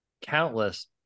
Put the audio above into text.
countless